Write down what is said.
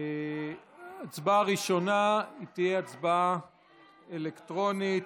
הצבעה ראשונה תהיה הצבעה אלקטרונית,